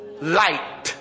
light